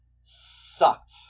sucked